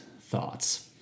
thoughts